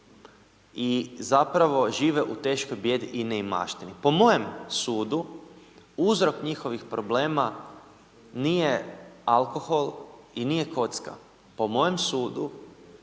i zapravo žive u teškom bijedi i neimaštini. Po mojem sudu, uzrok njihovih problema nije alkohol i nije kocka, po mojem sudu,